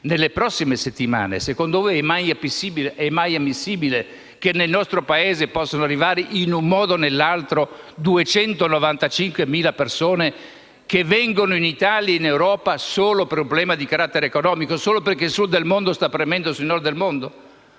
nei prossimi anni, secondo voi è mai ammissibile che nel nostro Paese possano arrivare, in un modo o nell'altro, 295.000 persone che vengono in Italia e in Europa solo per un problema di carattere economico, solo perché il Sud del mondo sta premendo sul Nord del mondo?